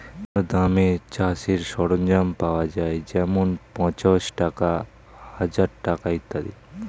বিভিন্ন দামের চাষের সরঞ্জাম পাওয়া যায় যেমন পাঁচশ টাকা, হাজার টাকা ইত্যাদি